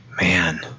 man